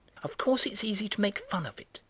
of course it's easy to make fun of it,